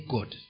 God